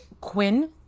Quinn